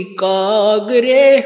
kagre